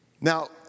Now